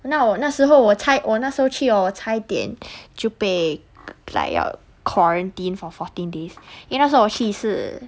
那我那时候我猜我那时候去哦我差一点就被 like uh quarantine for fourteen days 因为那时候我去是